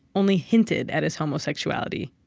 only hinted at his homosexuality.